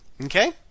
Okay